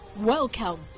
Welcome